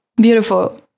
beautiful